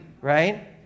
right